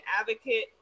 advocate